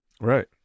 Right